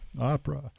Opera